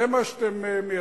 זה מה שאתם מייצגים?